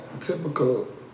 Typical